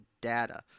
data